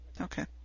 Okay